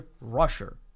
rusher